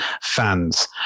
fans